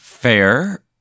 Fair